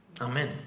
Amen